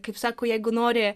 kaip sako jeigu nori